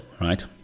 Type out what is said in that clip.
right